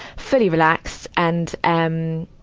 fully relaxed. and, um,